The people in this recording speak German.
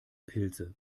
pilze